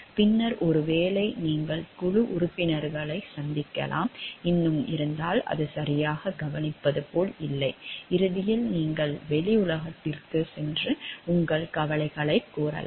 பின்னர் ஒருவேளை நீங்கள் குழு உறுப்பினர்களை சந்திக்கலாம் இன்னும் இருந்தால் அது சரியாக கவனிப்பது போல் இல்லை இறுதியில் நீங்கள் வெளி உலகத்திற்குச் சென்று உங்கள் கவலைகளைக் கூறலாம்